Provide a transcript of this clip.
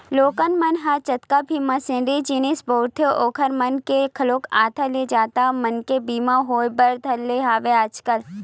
लोगन मन ह जतका भी मसीनरी जिनिस बउरथे ओखर मन के घलोक आधा ले जादा मनके बीमा होय बर धर ने हवय आजकल